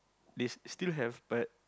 they still have a